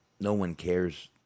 no-one-cares